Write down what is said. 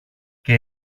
και